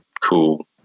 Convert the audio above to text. Cool